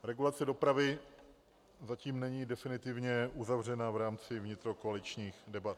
Regulace dopravy zatím není definitivně uzavřena v rámci vnitrokoaličních debat.